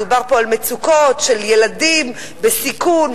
מדובר פה על מצוקות של ילדים בסיכון,